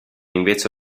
invece